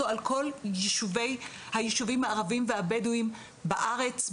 על כל היישובים הערבים והבדואים בארץ,